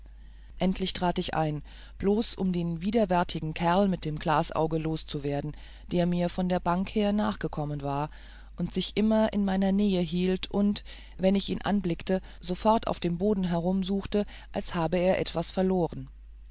endlich trat ich ein bloß um den widerwärtigen kerl mit dem glasauge los zu werden der mir von der bank her nachgekommen war und sich immer in mei ner nähe hielt und wenn ich ihn anblickte sofort auf dem boden herumsuchte als habe er etwas verloren